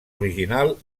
original